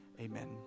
amen